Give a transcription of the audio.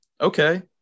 Okay